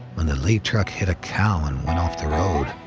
when the lead truck hit a cow and went off the road.